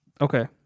Okay